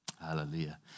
Hallelujah